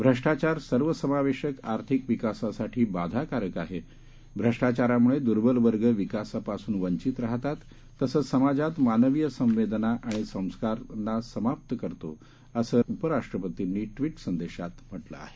भ्रष्टाचारसर्वसमावेशकआर्थिकविकासासाठीबाधाकारकआहे भ्रष्टाचारामुळेदुर्बलवर्गविकासापासूनवचितराहताततसंचसमाजातमानवीयसंवेदनाआणिसंस्कारांनासमाप्तकरतो असंउपराष्ट्रपर्तींनीट्विटसंदेशातम्हटलंआहे